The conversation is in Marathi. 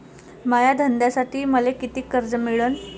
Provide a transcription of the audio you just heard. माया धंद्यासाठी मले कितीक कर्ज मिळनं?